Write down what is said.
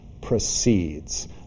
proceeds